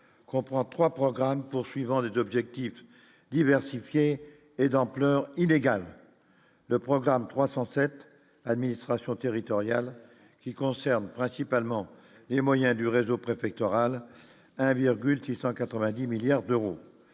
comprend 3 programmes poursuivant les objectifs diversifier et d'ampleur inégale, le programme 300 cette administration territoriale qui concerne principalement les moyens du réseau préfectoral 1 virgule 690 milliards d'euros,